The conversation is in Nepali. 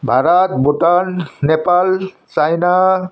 भारत भुटान नेपाल चाइना